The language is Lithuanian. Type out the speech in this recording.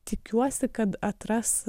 tikiuosi kad atras